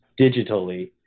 digitally